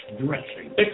dressing